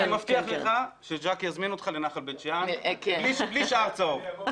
אני מבטיח לך שג'קי יזמין אותך לנחל בית שאן בלי שער צהוב.